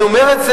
אני אומר לך.